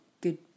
good